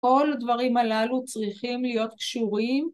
‫כל הדברים הללו צריכים להיות קשורים.